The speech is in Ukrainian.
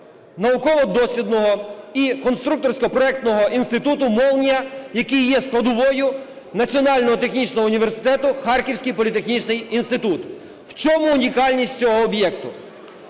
Науково-дослідного і конструкторсько-проектного інституту "Молнія", який є складовою Національного технічного університету "Харківський політехнічний інститут". В чому унікальність цього об'єкту?